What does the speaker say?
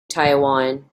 taiwan